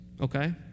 Okay